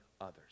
others